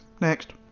Next